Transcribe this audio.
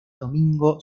domingo